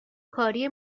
کاری